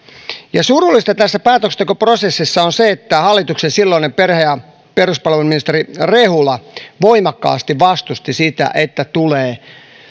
ja surullista tässä päätöksentekoprosessissa on se että hallituksen silloinen perhe ja peruspalveluministeri rehula voimakkaasti vastusti sitä että tulee